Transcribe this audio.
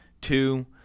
two